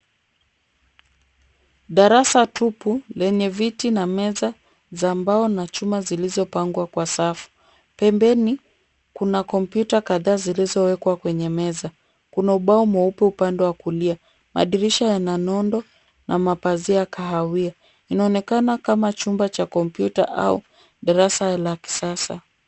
Darasa tupu lenye viti na meza za mbao na chuma zilizopangwa kwa safu. Pembeni kuna kompyuta kadhaa zilizowekwa kwenye meza. Kuna ubao mweupe upande wa kulia. Madirisha yana nondo na mapazia kahawia. Inaonekana kama chumba cha kompyuta au darasa la kisasa.